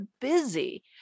busy